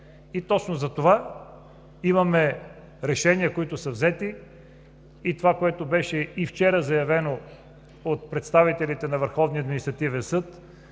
Точно затова имаме решения, които са взети. И това вчера беше заявено от представителите на Върховния административен съд,